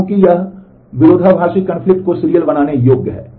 अब यह विरोधाभासी को सीरियल बनाने योग्य है